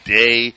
day